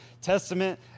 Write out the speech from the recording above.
Testament